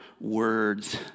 words